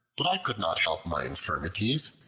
but i could not help my infirmities.